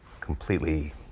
completely